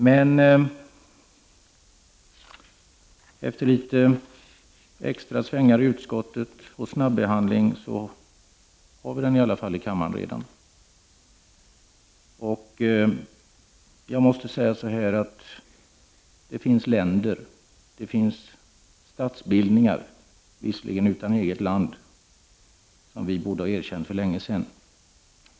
Men efter några svängar i utskottet och snabbehandling har vi den i alla fall redan i kammaren. Jag måste säga att det finns länder och att det finns statsbildningar — visserligen utan eget land — som vi borde ha erkänt för länge sedan.